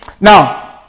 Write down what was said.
Now